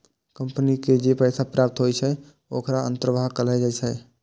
company के जे पैसा प्राप्त होइ छै, ओखरा अंतर्वाह कहल जाइ छै